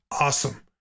awesome